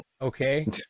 okay